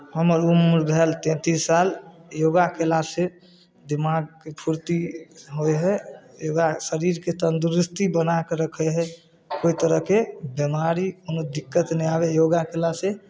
हमर उम्र भेल तैंतीस साल योगा कयलासँ दिमागके फुर्ती होइ हइ योगा शरीरके तन्दुरुस्ती बना कऽ रखै हइ कोइ तरहके बेमारीमे दिक्कत नहि आबै हइ योगा कयलासँ